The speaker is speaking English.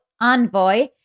envoy